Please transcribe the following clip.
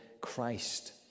Christ